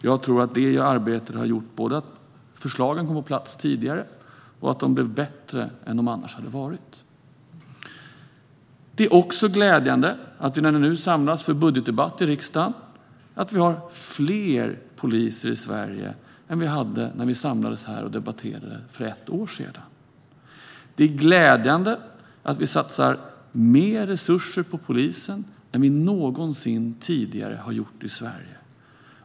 Jag tror att det arbetet gjorde både att förslagen kom på plats tidigare och att de blev bättre än de annars skulle ha varit. Det är glädjande att vi, när vi nu samlas för budgetdebatt i riksdagen, har fler poliser i Sverige än vi hade när vi samlades för ett år sedan. Det är glädjande att vi satsar mer resurser på polisen än vi någonsin tidigare har gjort i Sverige.